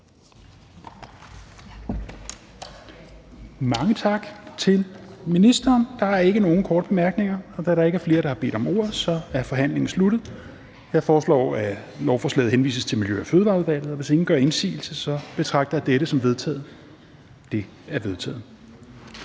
Mange tak til ministeren. Der er ikke nogen korte bemærkninger. Da der ikke er flere, der har bedt om ordet, er forhandlingen sluttet. Jeg foreslår, at lovforslaget henvises til Miljø- og Fødevareudvalget, og hvis ingen gør indsigelse, betragter jeg dette som vedtaget. Det er vedtaget.